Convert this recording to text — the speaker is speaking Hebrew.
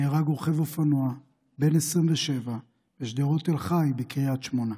נהרג רוכב אופנוע בן 27 בשדרות תל חי בקריית שמונה,